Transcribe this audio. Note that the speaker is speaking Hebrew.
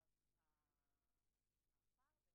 ושעכשיו אנחנו